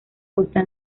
costa